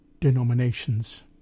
denominations